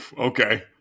Okay